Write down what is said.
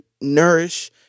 nourish